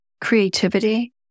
creativity